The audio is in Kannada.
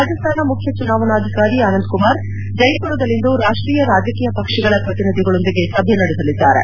ರಾಜಸ್ತಾನ ಮುಖ್ಯ ಚುನಾವಣಾ ಅಧಿಕಾರಿ ಆನಂದ್ ಕುಮಾರ್ ಜೈಪುರದಲ್ಲಿಂದು ರಾಷ್ಷೀಯ ರಾಜಕೀಯ ಪಕ್ಷಗಳ ಪ್ರತಿನಿಧಿಗಳೊಂದಿಗೆ ಸಭೆ ನಡೆಸಲಿದ್ದಾರೆ